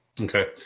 Okay